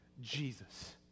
Jesus